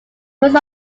first